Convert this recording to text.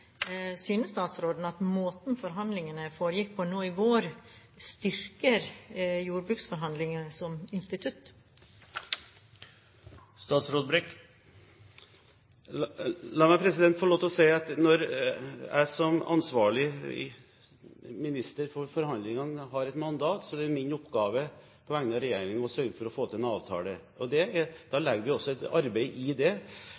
Synes statsråden at måten forhandlingene foregikk på nå i vår, styrker jordbruksforhandlingene som institutt? La meg få lov til å si at når jeg som ansvarlig minister for forhandlingene har et mandat, så er det min oppgave på vegne av regjeringen å sørge for å få til en avtale. Da legger vi også et arbeid i det.